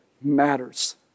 matters